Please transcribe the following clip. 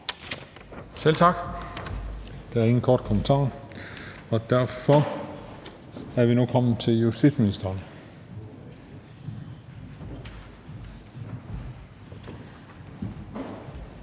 Selv tak. Der er ingen korte bemærkninger, og derfor er vi nu kommet til justitsministeren.